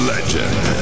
Legend